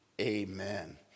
Amen